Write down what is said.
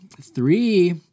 three